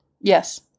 Yes